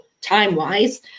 time-wise